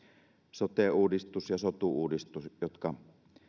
sote uudistus ja sotu uudistus jotka